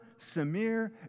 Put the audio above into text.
Samir